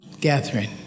gathering